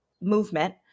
movement